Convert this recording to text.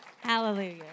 Hallelujah